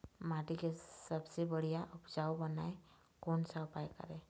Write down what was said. माटी के सबसे बढ़िया उपजाऊ बनाए कोन सा उपाय करें?